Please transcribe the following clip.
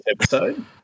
episode